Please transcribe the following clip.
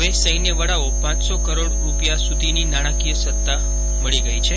હવે વડાઓ પાંચ સો કરોડ રૂપિયા સુધીની નાણાંકીય સત્તા મળી ગઇ છે